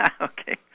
okay